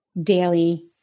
daily